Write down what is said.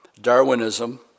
Darwinism